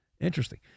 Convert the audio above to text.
Interesting